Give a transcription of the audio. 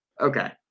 Okay